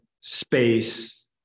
space